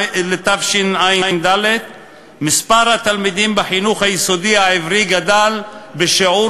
ותשע"ד מספר התלמידים בחינוך היסודי העברי גדל בשיעור